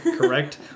correct